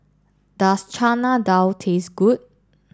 does Chana Dal taste good